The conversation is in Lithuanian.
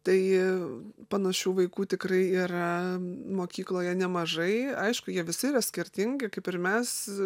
tai panašių vaikų tikrai yra mokykloje nemažai aišku jie visi yra skirtingi kaip ir mes